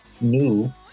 new